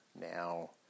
now